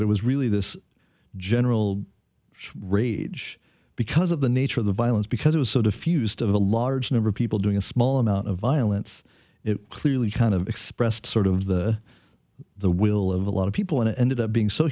that was really this general ray judge because of the nature of the violence because it was sort of fused of a large number of people doing a small amount of violence it clearly kind of expressed sort of the the will of a lot of people and it ended up being so